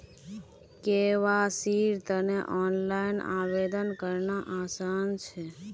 केवाईसीर तने ऑनलाइन आवेदन करना आसान छ